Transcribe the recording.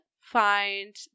find